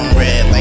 red